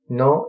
no